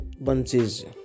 bunches